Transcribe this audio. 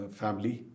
family